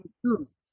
truth